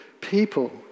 people